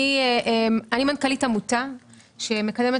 אני מנכ"לית עמותת לובי המיליון שמקדמת